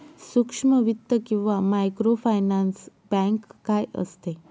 सूक्ष्म वित्त किंवा मायक्रोफायनान्स बँक काय असते?